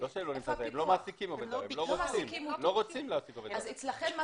לא רוצים להעסיק עובד זר - היתר